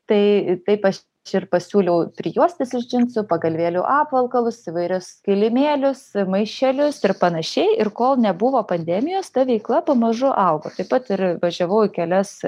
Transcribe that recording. tai taip aš ir pasiūliau prijuostes iš džinsų pagalvėlių apvalkalus įvairius kilimėlius maišelius ir panašiai ir kol nebuvo pandemijos ta veikla pamažu augo taip pat ir važiavau į kelias